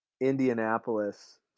Indianapolis